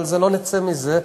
לא נצא מזה,